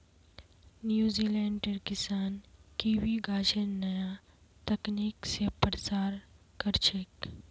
न्यूजीलैंडेर किसान कीवी गाछेर नया तकनीक स प्रसार कर छेक